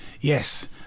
Yes